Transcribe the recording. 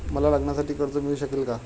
मला लग्नासाठी कर्ज मिळू शकेल का?